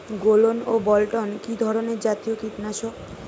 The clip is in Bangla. গোলন ও বলটন কি ধরনে জাতীয় কীটনাশক?